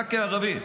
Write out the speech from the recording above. אתה כערבי,